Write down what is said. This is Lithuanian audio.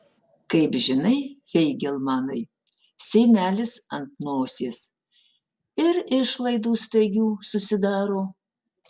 kaip žinai feigelmanai seimelis ant nosies ir išlaidų staigių susidaro